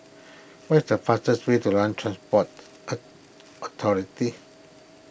find the fastest way to Land Transport a Authority